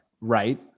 Right